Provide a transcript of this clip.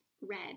red